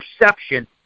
perception